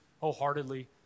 wholeheartedly